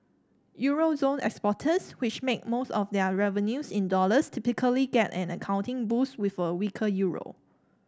euro zone exporters which make most of their revenues in dollars typically get an accounting boost with a weaker euro